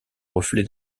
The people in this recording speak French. reflets